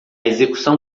execução